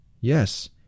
Yes